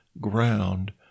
ground